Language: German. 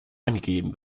angegeben